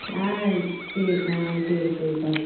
ஆ சரி ஆ சரி சரிக்கா